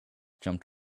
jumped